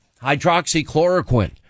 hydroxychloroquine